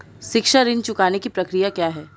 शिक्षा ऋण चुकाने की प्रक्रिया क्या है?